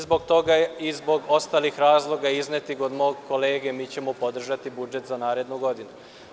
Zbog toga i zbog ostalih razloga iznetih od mog kolege, mi ćemo podržati budžet za narednu godinu.